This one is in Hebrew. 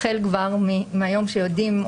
החל כבר מהיום שיודעים,